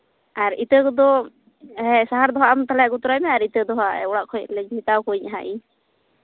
ᱟᱨ ᱤᱛᱟᱹ ᱠᱚᱫᱚ ᱦᱮᱸ ᱥᱟᱨ ᱫᱚ ᱦᱟᱜ ᱟᱢ ᱛᱟᱦᱚᱞᱮ ᱟᱹᱜᱩ ᱛᱚᱨᱟᱭ ᱢᱮ ᱟᱨ ᱤᱛᱟᱹ ᱫᱚᱦᱟᱸᱜ ᱚᱲᱟᱜ ᱠᱷᱚᱡ ᱢᱮᱛᱟ ᱠᱚᱣᱟᱧ ᱦᱟᱸᱜ ᱤᱧ